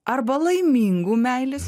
arba laimingų meilės